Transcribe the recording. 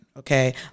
Okay